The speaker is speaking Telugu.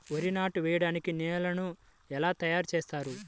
వరి నాట్లు వేయటానికి నేలను ఎలా తయారు చేస్తారు?